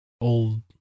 old